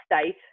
state